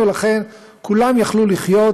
ולכן, כולם יכלו לחיות